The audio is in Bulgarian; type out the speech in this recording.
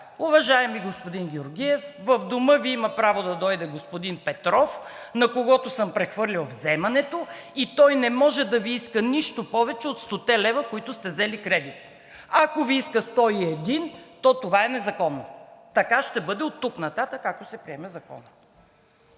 уважаеми господин Георгиев в дома Ви има право да дойде господин Петров, на когото съм прехвърлил вземането и той не може да Ви иска нищо повече от 100-те лева, които сте взели кредит. Ако Ви иска 101, то това е незаконно. Така ще бъде оттук нататък, ако се приеме Законът.